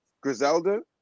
Griselda